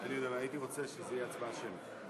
הייתי רוצה שתהיה הצבעה שמית.